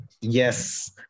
Yes